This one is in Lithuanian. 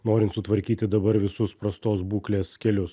norint sutvarkyti dabar visus prastos būklės kelius